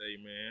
Amen